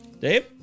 Dave